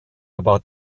about